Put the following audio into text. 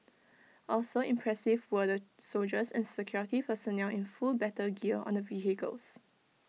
also impressive were the soldiers and security personnel in full battle gear on the vehicles